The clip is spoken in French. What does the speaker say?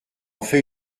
fait